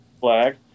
Flag